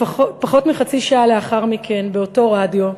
פחות מחצי שעה לאחר מכן, באותו רדיו,